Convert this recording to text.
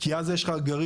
כי אז יש לך גרעין.